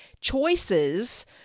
choices